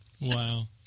Wow